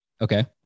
Okay